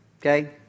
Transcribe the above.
Okay